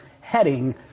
heading